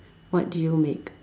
what do you make